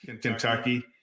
Kentucky